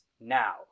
now